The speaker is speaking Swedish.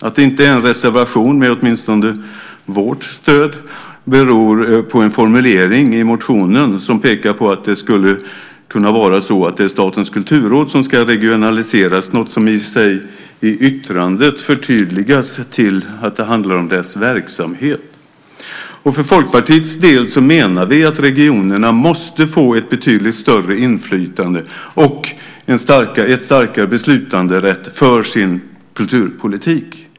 Att det inte är en reservation med åtminstone vårt stöd beror på en formulering i motionen som pekar på att det skulle kunna vara Statens kulturråd som ska regionaliseras. Det är något som i och för sig förtydligas i yttrandet till att handla om dess verksamhet. För Folkpartiets del menar vi att regionerna måste få ett betydligt större inflytande och en starkare beslutanderätt för sin kulturpolitik.